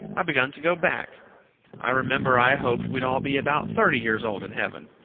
i begun to go back i remember i hoped we'd all be about thirty years old in heaven.